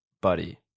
buddy